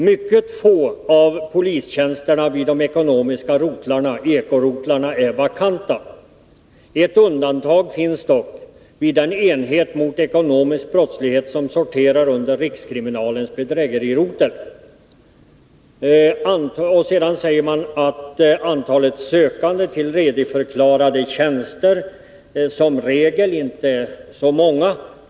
”Mycket få” av polistjänsterna vid de ekonomiska rotlarna, ekorotlarna, är vakanta. Ett undantag finns dock, nämligen vid den enhet mot ekonomisk brottslighet som sorterar under rikskriminalens bedrägerirotel. Antalet sökande till ledigförklarade tjänster är som regel inte så stort.